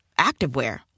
activewear